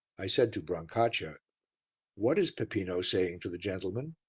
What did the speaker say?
i said to brancaccia what is peppino saying to the gentleman?